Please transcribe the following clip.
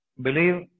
Believe